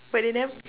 but they nev~